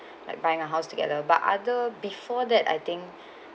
like buying a house together but other before that I think